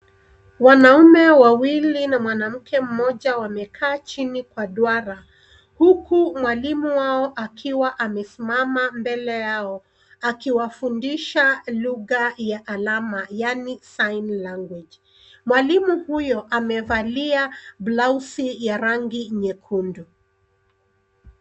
Wanaume wawili na mwanamke mmoja wamekaa chini kwa duara, huku mwalimu wao akiwa amesimama mbele yao, akiwafundisha lugha ya alama, yaani sign language . Mwalimu huyo amevalia blausi ya rangi nyekundu.